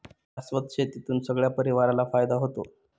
शाश्वत शेतीतून सगळ्या परिवाराला फायदा होतो